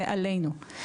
זה עלינו.